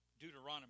Deuteronomy